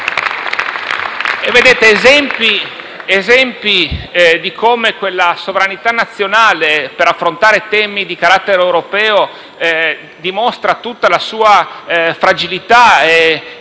Esempi di come quella sovranità nazionale per affrontare temi di carattere europeo dimostra tutta la sua fragilità, e